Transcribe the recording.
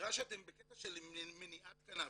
נראה שאתם בקטע של מניעת קנאביס.